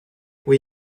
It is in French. oui